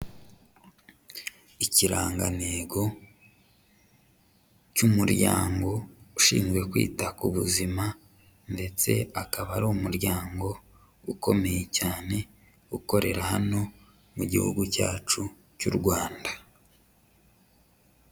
Ikirangantego cy'umuryango ushinzwe kwita ku buzima ndetse akaba ari umuryango ukomeye cyane ukorera hano mu gihugu cyacu cy'u Rwanda.